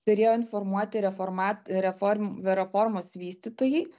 turėjo informuoti reforma reform reformos vystytojai